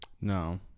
No